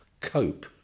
cope